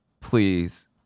please